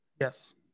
Yes